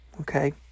Okay